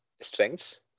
strengths